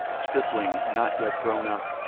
a stripling not yet grown up,